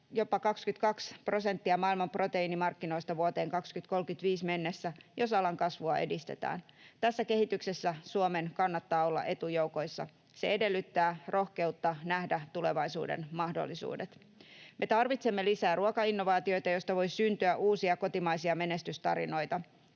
jopa 22 prosenttia maailman proteiinimarkkinoista vuoteen 2035 mennessä, jos alan kasvua edistetään. Tässä kehityksessä Suomen kannattaa olla etujoukoissa. Se edellyttää rohkeutta nähdä tulevaisuuden mahdollisuudet. Me tarvitsemme lisää ruokainnovaatioita, joista voi syntyä uusia kotimaisia menestystarinoita.